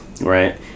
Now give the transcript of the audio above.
right